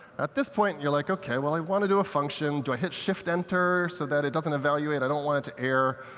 at this point you're like, ok, well, i want to do a function, do i hit shift, enter, so that it doesn't evaluate? i don't want it to error.